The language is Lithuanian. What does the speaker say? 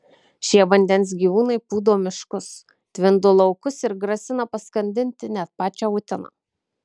šie vandens gyvūnai pūdo miškus tvindo laukus ir grasina paskandinti net pačią uteną